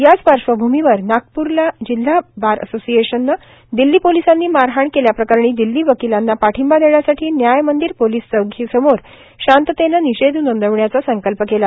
याच पार्श्वभूमीवर नागपूरला जिल्हा बार असोसिएशननं दिल्ली पोलिसांनी मारहाण केल्या प्रकरणी दिल्ली वकिलांना पाठिंबा देण्यासाठी व्याय मंदिर पोलिस चौकीसमारे शांततेनं निषेध नोंदविण्याचा संकल्प केला